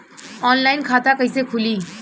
Online खाता कइसे खुली?